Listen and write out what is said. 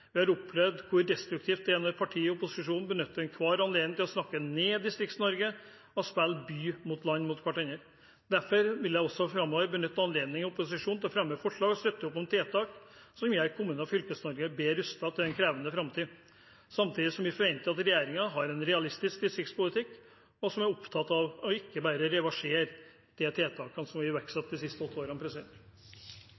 Vi har opplevd hvor destruktivt det er når partier i opposisjonen benytter enhver anledning til å snakke ned Distrikts-Norge og spille by og land opp mot hverandre. Derfor vil jeg også framover benytte anledningen i opposisjon til å fremme forslag og støtte opp om tiltak som gjør Kommune- og Fylkes-Norge bedre rustet til en krevende framtid, samtidig som vi forventer at regjeringen har en realistisk distriktspolitikk og ikke bare er opptatt av å reversere tiltakene vi har iverksatt de siste åtte årene. Det